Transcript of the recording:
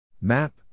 Map